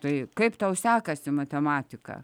tai kaip tau sekasi matematika